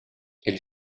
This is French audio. elles